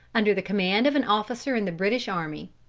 under the command of an officer in the british army.